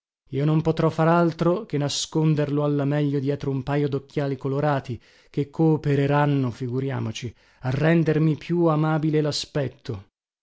io non potrò far altro che nasconderlo alla meglio dietro un pajo docchiali colorati che coopereranno figuriamoci a rendermi più amabile